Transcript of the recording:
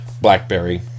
blackberry